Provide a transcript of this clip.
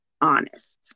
honest